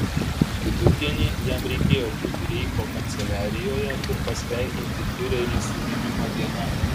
vidurdienį jam reikėjo būti reicho kanceliarijoje ir pasveikinti fiurerį su gimimo diena